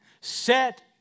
Set